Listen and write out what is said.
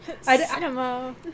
Cinema